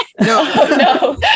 No